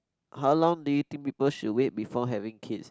how long do you think people should wait before having kids